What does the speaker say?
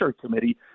Committee